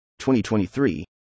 2023